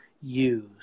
use